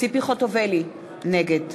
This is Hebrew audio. ציפי חוטובלי, נגד